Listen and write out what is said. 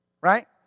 Right